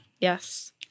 Yes